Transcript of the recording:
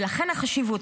ולכן החשיבות.